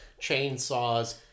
chainsaws